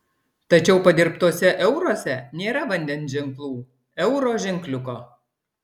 tačiau padirbtuose euruose nėra vandens ženklų euro ženkliuko